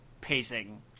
pacing